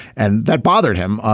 and that bothered him. ah